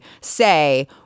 say